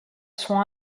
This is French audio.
sont